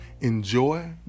Enjoy